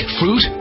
fruit